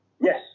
Yes